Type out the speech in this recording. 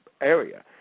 area